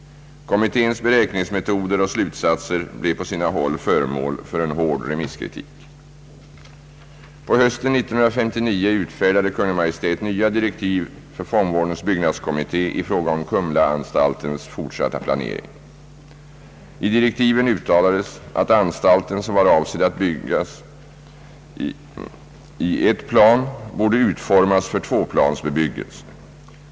Kommitténs beräkningsmetoder och slutsatser blev på sina håll föremål för en hård remisskritik. På hösten 1959 utfärdade Kungl. Maj:t nya direktiv för fångvårdens byggnadskommitté i fråga om Kumlaanstaltens fortsatta planering. I direktiven uttalades, att anstalten, som var avsedd att byggas i ett plan, borde utformas för tvåplansbebyggelse.